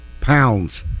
pounds